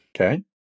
okay